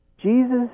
Jesus